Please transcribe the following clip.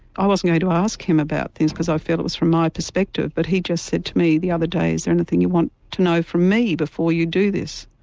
i wasn't going to ask him about this because i feel it was from my perspective, but he just said to me the other day is there anything you want to know from me before you do this.